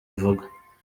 ivuga